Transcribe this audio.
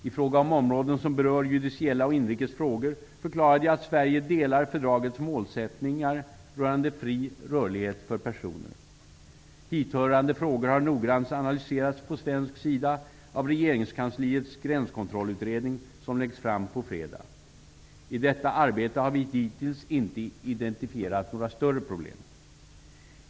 I fråga om områden som berör judiciella och inrikes frågor förklarade jag att Sverige delar fördragets målsättningar rörande fri rörlighet för personer. Hithörande frågor har noggrant analyserats på svensk sida av regeringskansliets gränskontrollutredning som läggs fram på fredag. I detta arbete har vi hittills inte identifierat några större problem.